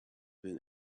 been